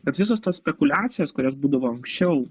kad visos tos spekuliacijos kurios būdavo anksčiau